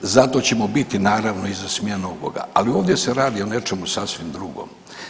Zato ćemo biti naravno i za smjenu ovoga, ali ovdje se radi o nečemu sasvim drugom.